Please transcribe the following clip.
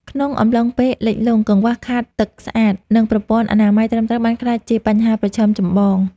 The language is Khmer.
ក្នុងអំឡុងពេលលិចលង់ កង្វះខាតទឹកស្អាត និងប្រព័ន្ធអនាម័យត្រឹមត្រូវបានក្លាយជាបញ្ហាប្រឈមចម្បង។